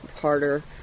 harder